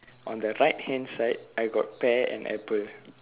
on the right hand side I got pear and apple